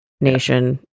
nation